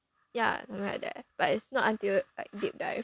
yeah something like that but it's not until like deep dive